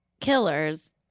killers